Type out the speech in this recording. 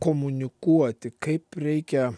komunikuoti kaip reikia